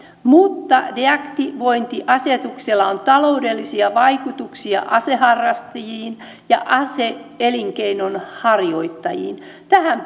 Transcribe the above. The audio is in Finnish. mutta deaktivointiasetuksella on taloudellisia vaikutuksia aseharrastajiin ja ase elinkeinonharjoittajiin tähän